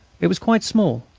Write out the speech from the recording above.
it was quite small,